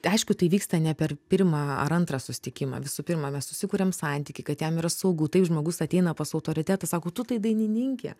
aišku tai vyksta ne per pirmą ar antrą susitikimą visų pirma mes susikuriam santykį kad jam yra saugu taip žmogus ateina pas autoritetą sako tu tai dainininkė